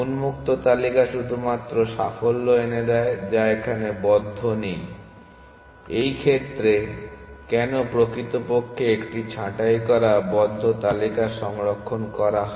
উন্মুক্ত তালিকা শুধুমাত্র সাফল্য এনে দেয় যা এখানে বদ্ধ নেই এই ক্ষেত্রে কেন প্রকৃতপক্ষে একটি ছাঁটাই করা বন্ধ তালিকা সংরক্ষণ করা হয়